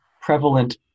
prevalent